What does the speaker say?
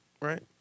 Right